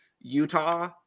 Utah